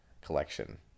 collection